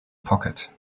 pocket